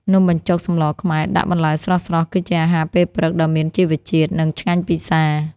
នំបញ្ចុកសម្លខ្មែរដាក់បន្លែស្រស់ៗ គឺជាអាហារពេលព្រឹកដ៏មានជីវជាតិ និងឆ្ងាញ់ពិសា។